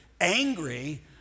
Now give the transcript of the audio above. angry